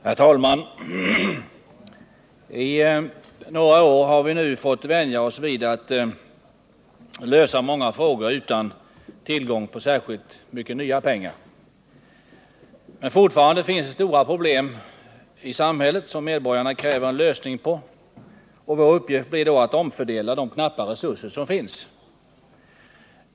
Herr talman! I några år har vi nu fått vänja oss vid att lösa många frågor utan tillgång på särskilt mycket nya pengar. Men fortfarande finns det stora problem i samhället som medborgarna kräver en lösning på, och vår uppgift blir då att omfördela de knappa resurser som vi har.